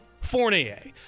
Fournier